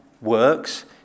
works